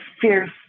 fierce